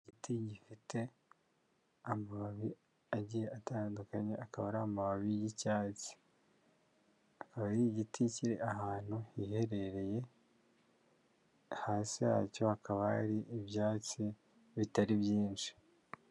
Igiti gifite amababi agiye atandukanye, akaba ari amababi y'icyatsi, akaba ari igiti kiri ahantu hiherereye, hasi yacyo hakaba hari ibyatsi bitari byinshi.